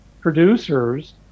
producers